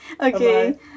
Okay